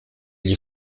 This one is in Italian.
gli